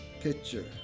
picture